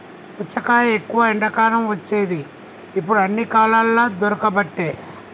పుచ్చకాయ ఎక్కువ ఎండాకాలం వచ్చేది ఇప్పుడు అన్ని కాలాలల్ల దొరుకబట్టె